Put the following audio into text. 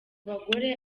bagore